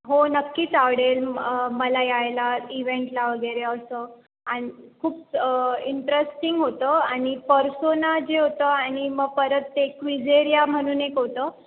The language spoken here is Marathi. हो नक्कीच आवडेल मला यायला इव्हेंटला वगैरे असं आणि खूप इंटरेस्टिंग होतं आणि पर्सोना जे होतं आणि मग परत ते क्विझेरिया म्हणून एक होतं